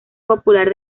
popular